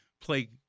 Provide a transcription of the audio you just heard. play